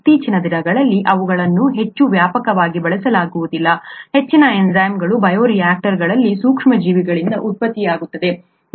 ಇತ್ತೀಚಿನ ದಿನಗಳಲ್ಲಿ ಅವುಗಳನ್ನು ಹೆಚ್ಚು ವ್ಯಾಪಕವಾಗಿ ಬಳಸಲಾಗುವುದಿಲ್ಲ ಹೆಚ್ಚಿನ ಎನ್ಝೈಮ್ಗಳು ಬಯೋ ರಿಯಾಕ್ಟರ್ಗಳಲ್ಲಿ ಸೂಕ್ಷ್ಮಜೀವಿಗಳಿಂದ ಉತ್ಪತ್ತಿಯಾಗುತ್ತವೆ